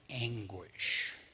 anguish